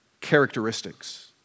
characteristics